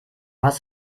hast